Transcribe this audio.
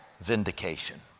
vindication